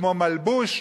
כמו מלבוש,